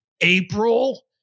April